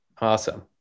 Awesome